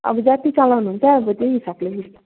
अब जति चलाउनुहुन्छ अब त्यही हिसापले